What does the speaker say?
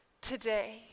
today